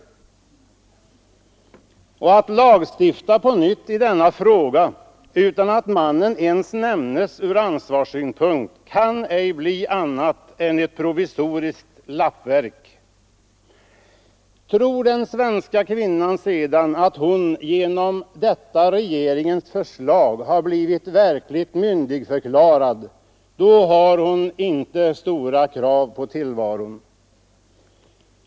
Och en ny lagstiftning i denna fråga, utan att mannen ens nämns ur ansvarssynpunkt, kan ej bli annat än ett provisoriskt lappverk. Tror den svenska kvinnan sedan att hon genom detta regeringens förslag har blivit verkligt myndigförklarad, då har hon inte stora krav på tillvaron.